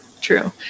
true